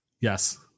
Yes